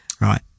right